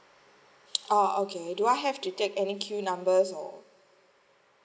oh okay do I have to take any queue numbers or